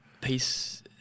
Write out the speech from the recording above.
Peace